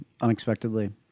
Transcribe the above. unexpectedly